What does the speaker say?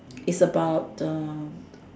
it's about um